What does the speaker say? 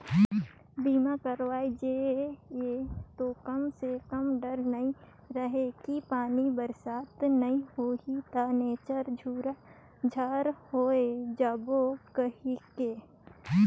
बीमा करवाय जे ये तो कम से कम डर नइ रहें कि पानी बरसात नइ होही त निच्चर झूरा झार होय जाबो कहिके